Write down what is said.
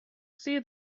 see